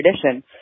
tradition